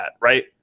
right